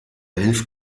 hilft